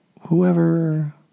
whoever